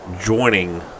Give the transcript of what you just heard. joining